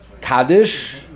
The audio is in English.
Kaddish